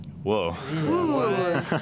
Whoa